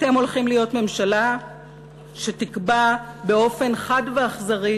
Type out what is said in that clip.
אתם הולכים להיות ממשלה שתקבע באופן חד ואכזרי